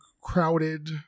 crowded